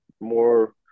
more